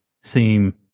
seem